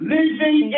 Living